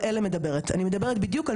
וחברת הסיעוד אמרה להם הנה,